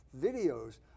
videos